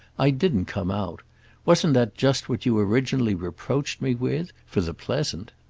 i didn't come out wasn't that just what you originally reproached me with for the pleasant.